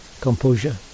composure